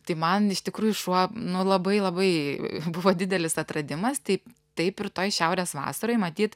tai man iš tikrųjų šuo nu labai labai buvo didelis atradimas tai taip ir toj šiaurės vasaroj matyt